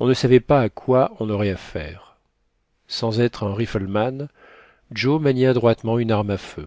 on ne savait pas à qui on aurait affaire sans être un rifleman joe maniait adroitement une arme à feu